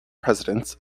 presidents